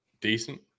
decent